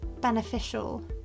beneficial